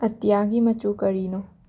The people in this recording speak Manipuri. ꯑꯇꯤꯌꯥꯒꯤ ꯃꯆꯨ ꯀꯔꯤꯅꯣ